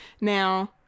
Now